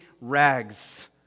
rags